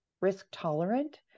risk-tolerant